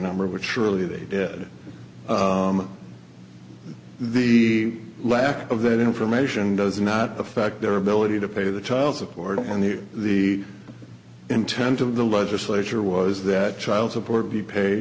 number which surely they did the lack of that information does not affect their ability to pay the child support and the intent of the legislature was that child support be paid